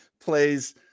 plays